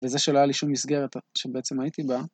וזה שלא היה לי שום מסגרת שבעצם הייתי בה.